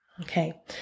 Okay